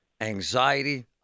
anxiety